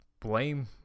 blame